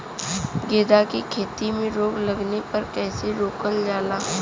गेंदा की खेती में रोग लगने पर कैसे रोकल जाला?